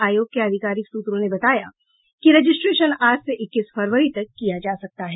आयोग के आधिकारिक सूत्रों ने बताया कि रजिस्ट्रेशन आज से इक्कीस फरवरी तक किया जा सकता है